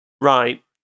Right